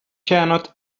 cannot